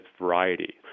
variety